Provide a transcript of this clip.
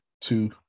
two